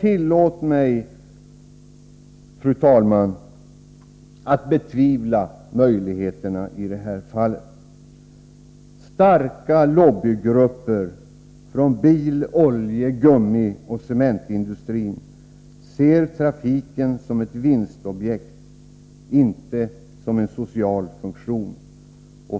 Tillåt mig, fru talman, att betvivla möjligheterna till detta. Starka lobbygrupper från bil-, olje-, gummioch cementindustrin ser trafiken som ett vinstobjekt, inte som en social funktion.